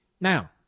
Now